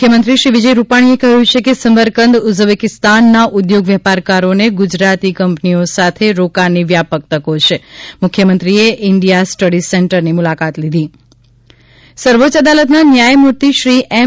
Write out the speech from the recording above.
મુખ્યમંત્રી શ્રી વિજય રૂપાણીએ કહ્યું છે કે સમરકંદ ઉઝબેકીસ્તાનના ઉદ્યોગ વેપારકારોને ગુજરાતી કંપનીઓ સાથે રોકાણની વ્યાપક તકો છે મુખ્યમંત્રીએ ઇન્ડિયા સ્ટડી સેન્ટરની મુલાકાત લીધી સર્વોચ્ય અદાલતના ન્યાયમૂર્તિ શ્રી એમ